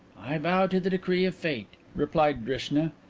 i bow to the decree of fate, replied drishna.